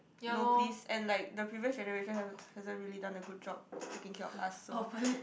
no please and like the previous generation haven't hasn't really done a good job taking care of us so